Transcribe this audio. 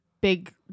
big